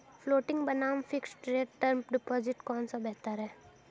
Floating बनाम fixed rate term deposit कौन सा बेहतर है?